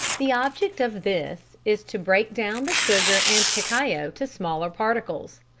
the object of this is to break down the sugar and cacao to smaller particles.